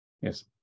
yes